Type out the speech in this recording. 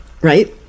Right